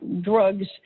drugs